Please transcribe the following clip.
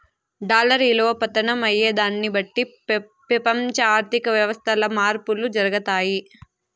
dollar ఇలువ పతనం అయ్యేదాన్ని బట్టి పెపంచ ఆర్థిక వ్యవస్థల్ల మార్పులు జరగతాయి